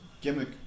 gimmick